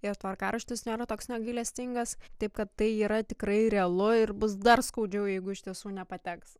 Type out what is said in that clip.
ir tvarkaraštis nėra toks negailestingas taip kad tai yra tikrai realu ir bus dar skaudžiau jeigu iš tiesų nepateks